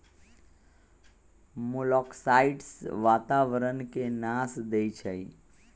मोलॉक्साइड्स वातावरण के नाश देई छइ